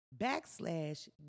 backslash